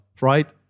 right